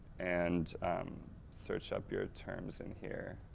and search up your terms in here